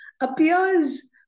appears